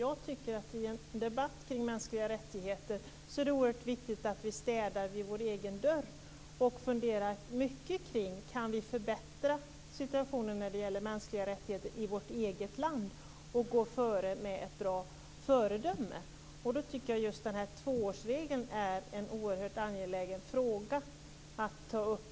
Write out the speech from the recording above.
I en debatt om mänskliga rättigheter är det oerhört viktigt att vi sopar rent framför egen dörr och funderar mycket kring om situationen kan förbättras i vårt eget land när det gäller mänskliga rättigheter och om vi kan vara ett bra föredöme. Då tycker jag att detta med tvåårsregeln är en oerhört angelägen fråga att ta upp.